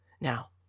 Now